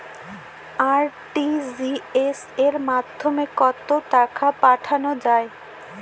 RTGS এর মাধ্যমে কত টাকা পাঠানো যায়?